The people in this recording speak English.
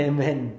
Amen